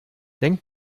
denk